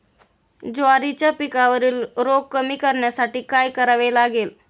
ज्वारीच्या पिकावरील रोग कमी करण्यासाठी काय करावे लागेल?